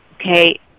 Okay